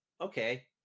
Okay